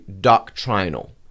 doctrinal